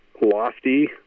lofty